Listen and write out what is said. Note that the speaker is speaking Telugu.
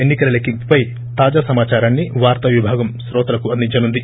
ఎన్ని కల లెక్కింపుపై తాజా సమాచారాన్ని వార్తా విభాగం క్రోతలకు అందించనుంది